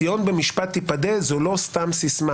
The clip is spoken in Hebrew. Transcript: ציון במשפט תפדה זו לא סתם סיסמה,